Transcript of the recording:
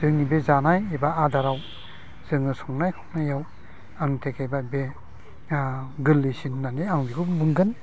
जोंनि बे जानाय एबा आदाराव जोङो संनाय खावनायाव आङो बे गोरलैसिन होनना आं बेखौ बुंगोन